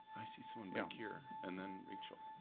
i see someone back here and then, rachel,